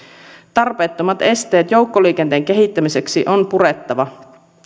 tarpeettomat esteet joukkoliikenteen kehittämiseksi on purettava